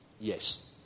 Yes